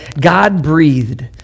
God-breathed